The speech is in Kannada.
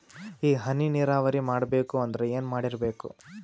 ಈ ಹನಿ ನೀರಾವರಿ ಮಾಡಬೇಕು ಅಂದ್ರ ಏನ್ ಮಾಡಿರಬೇಕು?